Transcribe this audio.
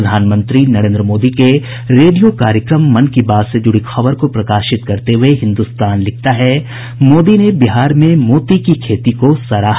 प्रधानमंत्री नरेन्द्र मोदी के रेडियो कार्यक्रम मन की बात से जुड़ी खबर को प्रकाशित करते हुये हिन्दुस्तान लिखता है मोदी ने बिहार में मोती की खेती को सराहा